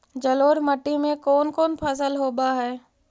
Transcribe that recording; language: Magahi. जलोढ़ मट्टी में कोन कोन फसल होब है?